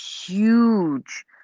huge